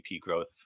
growth